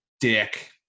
dick